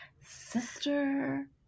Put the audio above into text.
sister